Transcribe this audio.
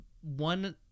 one